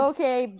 Okay